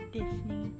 Disney